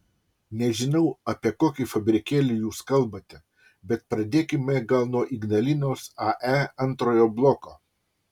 nežinau apie kokį fabrikėlį jūs kalbate bet pradėkime gal nuo ignalinos ae antrojo bloko